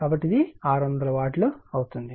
కాబట్టి ఇది 600 వాట్ అవుతుంది